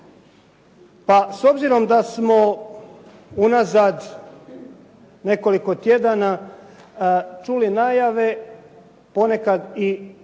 Pa s obzirom da smo unazad nekoliko tjedana čuli najave, ponekad i